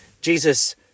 Jesus